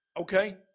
Okay